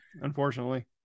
unfortunately